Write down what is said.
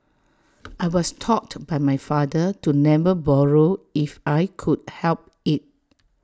I was taught by my father to never borrow if I could help IT